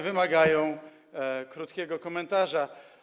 wymagają krótkiego komentarza.